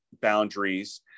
boundaries